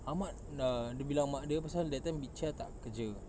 ahmad dah dia bilang mak dia sebab that time mitcha tak kerja